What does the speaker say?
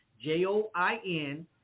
J-O-I-N